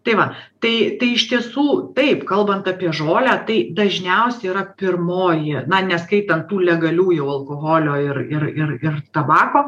tai va tai tai iš tiesų taip kalbant apie žolę tai dažniausiai yra pirmoji na neskaitant tų legalių jau alkoholio ir ir ir ir tabako